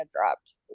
dropped